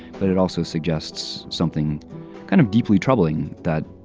but it also suggests something kind of deeply troubling that